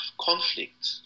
conflict